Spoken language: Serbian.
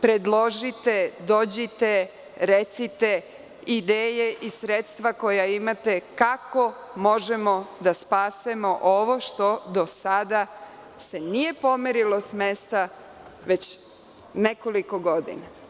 predložite, dođite, recite ideje i sredstva koja imate kako možemo da spasemo ovo što do sada se nije pomerilo s mesta već nekoliko godina.